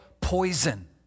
poison